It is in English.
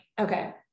Okay